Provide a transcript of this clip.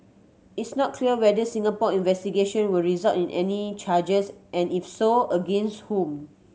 it's not clear whether Singapore investigation will result in any charges and if so against whom